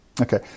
Okay